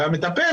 והמטפל,